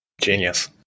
Genius